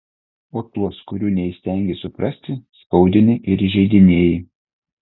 o tuos kurių neįstengi suprasti skaudini ir įžeidinėji